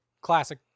classic